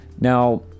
now